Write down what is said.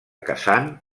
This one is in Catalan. kazan